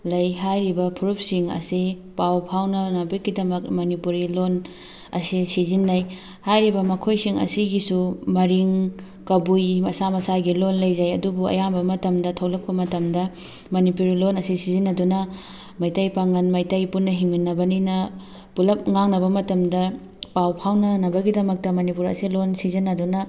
ꯂꯩ ꯍꯥꯏꯔꯤꯕ ꯐꯨꯔꯨꯞꯁꯤꯡ ꯑꯁꯤ ꯄꯥꯎ ꯐꯥꯎꯅꯅꯕꯒꯤꯗꯃꯛ ꯃꯅꯤꯄꯨꯔꯤ ꯂꯣꯟ ꯑꯁꯤ ꯁꯤꯖꯤꯟꯅꯩ ꯍꯥꯏꯔꯤꯕ ꯃꯈꯣꯏꯁꯤꯡ ꯑꯁꯤꯒꯤꯁꯨ ꯃꯔꯤꯡ ꯀꯕꯨꯏ ꯃꯁꯥ ꯃꯁꯥꯒꯤ ꯂꯣꯟ ꯂꯩꯖꯩ ꯑꯗꯨꯕꯨ ꯑꯌꯥꯝꯕ ꯃꯇꯝꯗ ꯊꯣꯛꯂꯛꯄ ꯃꯇꯝꯗ ꯃꯅꯤꯄꯨꯔꯤ ꯂꯣꯟ ꯑꯁꯤ ꯁꯤꯖꯤꯟꯅꯗꯨꯅ ꯃꯩꯇꯩ ꯄꯥꯉꯜ ꯃꯩꯇꯩ ꯄꯨꯟꯅ ꯍꯤꯡꯃꯤꯟꯅꯕꯅꯤꯅ ꯄꯨꯂꯞ ꯉꯥꯡꯅꯕ ꯃꯇꯝꯗ ꯄꯥꯎ ꯐꯥꯎꯅꯅꯕꯒꯤꯗꯛꯇ ꯃꯅꯤꯄꯨꯔ ꯑꯁꯦ ꯂꯣꯟ ꯁꯤꯖꯤꯟꯅꯗꯨꯅ